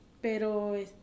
pero